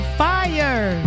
fire